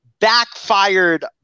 backfired